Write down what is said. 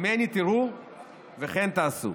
ממני תראו וכן תעשו.